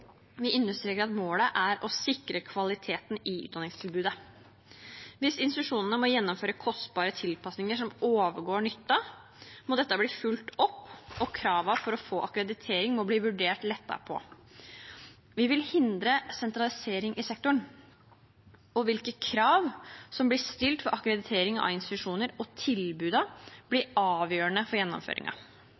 Vi understreker at målet er å sikre kvaliteten i utdanningstilbudet. Hvis institusjonene må gjennomføre kostbare tilpasninger som overgår nytte, må dette bli fulgt opp, og kravene for å få akkreditering må bli vurdert lettet på. Vi vil hindre sentralisering i sektoren, og hvilke krav som blir stilt ved akkreditering av institusjoner og tilbudene blir avgjørende for